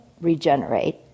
regenerate